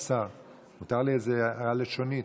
מותר לי איזו הערה לשונית?